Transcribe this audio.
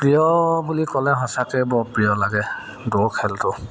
প্ৰিয় বুলি ক'লে সঁচাকৈ বৰ প্ৰিয় লাগে দৌৰ খেলটো